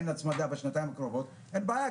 אין הצמדה בשנתיים הקרובות אין בעיה,